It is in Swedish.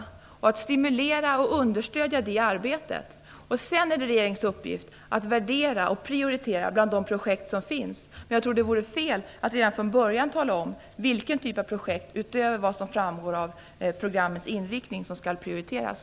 Det är viktigt att stimulera och understödja det arbetet. Sedan är det regeringens uppgift att värdera och prioritera bland de projekt som finns. Jag tror att det vore fel att redan från början tala om vilken typ av projekt, utöver vad som framgår av programmets inriktning, som skall prioriteras.